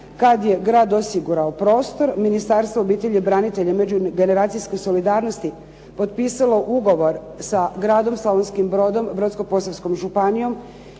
kad je grad osigurao prostor, Ministarstvo obitelji, branitelja i međugeneracijske solidarnosti potpisalo ugovor sa gradom Slavonskim brodom, Brodsko-posavskom županijom